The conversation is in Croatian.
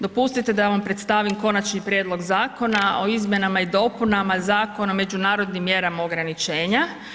Dopustite da vam predstavim Konačni prijedlog zakona o izmjenama i dopunama Zakona o međunarodnim mjerama ograničenja.